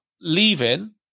leaving